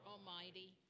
Almighty